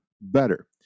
better